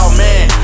man